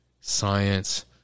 science